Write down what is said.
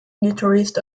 guitarist